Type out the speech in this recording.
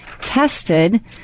tested